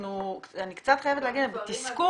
אני קצת חייבת להגיד בתסכול,